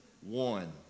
one